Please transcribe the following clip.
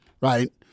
right